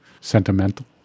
sentimental